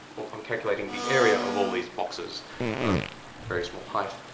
i'm calculating the area of all these boxes of very small height